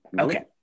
okay